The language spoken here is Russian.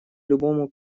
любому